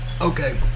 Okay